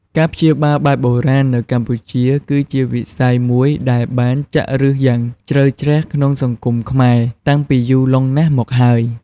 ការព្យាបាលបែបបុរាណ នៅកម្ពុជា គឺជាវិស័យមួយដែលបានចាក់ឫសយ៉ាងជ្រៅជ្រះក្នុងសង្គមខ្មែរ តាំងពីយូរលង់ណាស់មកហើយ។